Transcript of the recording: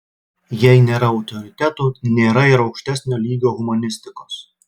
jei nėra autoritetų nėra ir aukštesnio lygio humanistikos